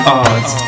odds